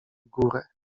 górę